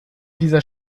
dieser